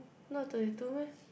not thirty two meh